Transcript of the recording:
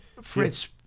Fritz